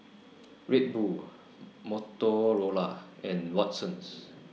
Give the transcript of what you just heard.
Red Bull Motorola and Watsons